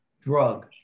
drug